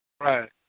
Right